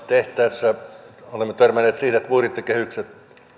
tehtäessä olemme törmänneet siihen että budjettikehykset